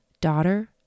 Daughter